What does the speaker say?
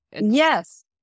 Yes